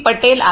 पटेल आहेत